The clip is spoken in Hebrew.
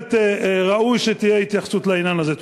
בהחלט ראוי שתהיה התייחסות לעניין הזה.